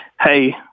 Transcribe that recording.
Hey